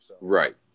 Right